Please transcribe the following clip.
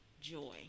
joy